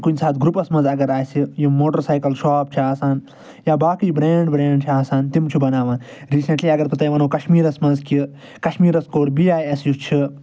کُنہِ ساتہٕ گرُپَس مَنٛز اگر آسہِ یِم موٹر سایکَل شاپ چھِ آسان یا باقی برینٛڈ وینٛڈ چھِ آسان تِم چھِ بَناوان ریٖسیٚنٹلی اگر بہٕ تۄہہِ وَنو کَشمیٖرَس مَنز کہِ کَشمیٖرَس کوٚر بی آے ایٚس یُس چھ